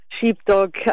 sheepdog